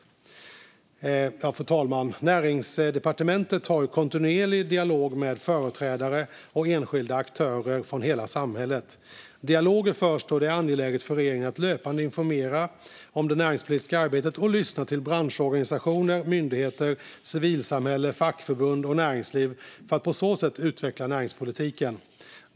Fru talman! Näringsdepartementet har kontinuerliga dialoger med företrädare och enskilda aktörer från hela samhället. Dialoger förs då det är angeläget för regeringen att löpande informera om det näringspolitiska arbetet och lyssna till branschorganisationer, myndigheter, civilsamhället, fackförbund och näringslivet för att på så sätt utveckla näringspolitiken.